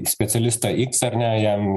specialistą iks ar ne jam